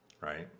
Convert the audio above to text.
right